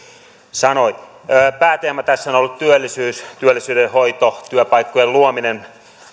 sanoi pääteema tässä on ollut työllisyys työllisyyden hoito työpaikkojen luominen